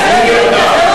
תודה.